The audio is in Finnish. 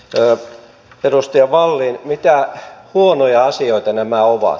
arvoisa edustaja wallin mitä huonoja asioita nämä ovat